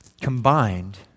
combined